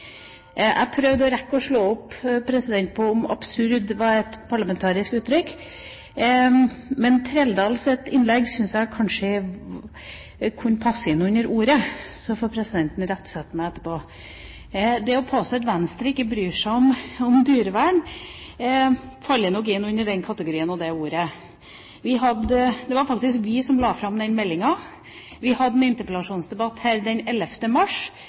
Jeg prøvde å rekke å slå opp om «absurd» er et parlamentarisk uttrykk, men Trældals innlegg syns jeg kanskje kunne passe inn under det ordet. Så får presidenten irettesette meg etterpå. Det å påstå at Venstre ikke bryr seg om dyrevern, faller nok inn under den kategorien. Det var faktisk vi som la fram meldingen. Vi hadde en interpellasjonsdebatt her den 11. mars.